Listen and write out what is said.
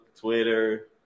Twitter